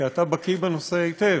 כי אתה בקי בנושא היטב.